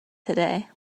today